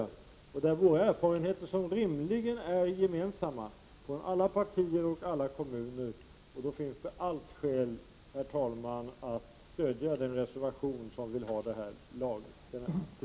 De erfarenheter vi har i detta avseende är rimligen gemensamma för alla partier och alla kommuner. Då finns det, herr talman, allt skäl att stödja den reservation som föreslår detta tillägg.